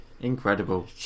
Incredible